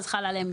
אז חלה עליהם,